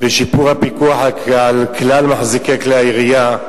ושיפור הפיקוח על כלל מחזיקי כלי הירייה.